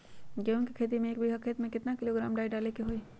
गेहूं के खेती में एक बीघा खेत में केतना किलोग्राम डाई डाले के होई?